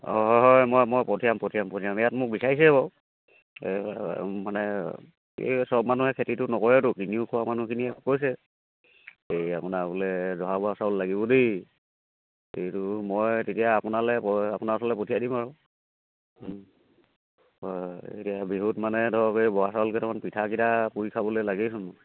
অঁ হয় হয় হয় মই মই পঠিয়াম পঠিয়াম পঠিয়াম ইয়াত মোক বিছাৰিছে বাৰু এই মানে এই সব মানুহে খেতিটো নকৰেতো কিনিও খোৱা মানুহখিনিয়ে কৈছে এই আপোনাৰ বোলে জহা বৰা চাউল লাগিব দেই এইটো মই তেতিয়া আপোনালৈ আপোনাৰ ওচৰলৈ পঠিয়াই দিম আৰু হয় এতিয়া বিহুত মানে ধৰক এই বৰা চাউল কেইটামান পিঠাকেইটা পুৰি খাবলৈ লাগেইচোন